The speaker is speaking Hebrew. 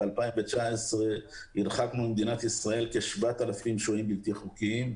בשנת 2019 הרחקנו ממדינת ישראל כ-7,000 שוהים בלתי חוקיים.